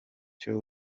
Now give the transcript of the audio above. cyo